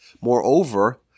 Moreover